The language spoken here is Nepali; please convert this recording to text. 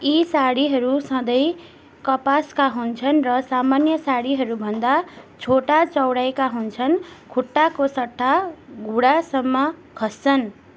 यी साडीहरू सधैँ कपासका हुन्छन् र सामान्य साडीहरूभन्दा छोटा चौडाइका हुन्छन् खुट्टाको सट्टा घुँडासम्म खस्छन्